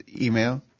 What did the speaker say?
email